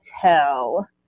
tell